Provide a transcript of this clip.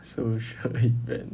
social event